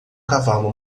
cavalo